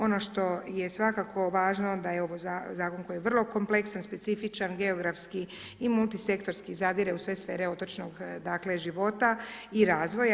Ono što je svakako važno da je ovo zakon koji je vrlo kompleksan, specifičan, geografski i multisektorski zadire u sve sfere otočnog dakle života i razvoja.